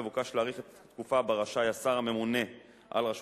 מבוקש להאריך את התקופה שבה רשאי השר הממונה על רשות